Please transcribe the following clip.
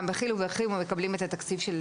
גם בדחילו ורחימו מקבלים את התקציב של